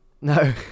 no